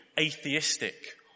atheistic